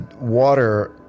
water